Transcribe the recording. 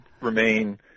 remain